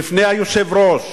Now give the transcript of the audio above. בפני היושב-ראש